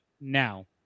now